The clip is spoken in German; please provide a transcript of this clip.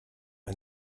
ein